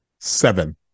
Seven